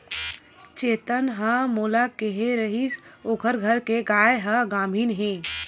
चेतन ह मोला केहे रिहिस ओखर घर के गाय ह गाभिन हे